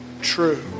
true